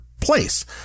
place